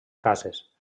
cases